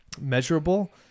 Measurable